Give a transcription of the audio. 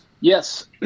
Yes